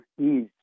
ease